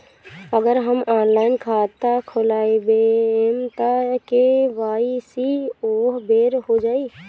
अगर हम ऑनलाइन खाता खोलबायेम त के.वाइ.सी ओहि बेर हो जाई